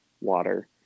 water